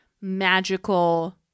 magical